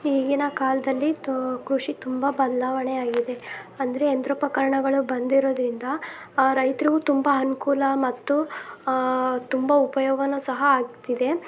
ಈಗಿನ ಕಾಲದಲ್ಲಿ ಕೃಷಿ ತುಂಬ ಬದಲಾವಣೆ ಆಗಿದೆ ಅಂದರೆ ಯಂತ್ರೋಪಕರಣಗಳು ಬಂದಿರೋದ್ರಿಂದ ರೈತರಿಗೂ ತುಂಬ ಅನುಕೂಲ ಮತ್ತು ತುಂಬ ಉಪಯೋಗ ಸಹ ಆಗ್ತಿದೆ